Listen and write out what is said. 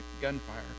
gunfire